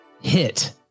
hit